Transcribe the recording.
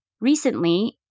Recently